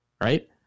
right